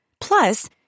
Plus